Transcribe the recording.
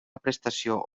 prestació